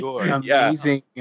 amazing